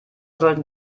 sollten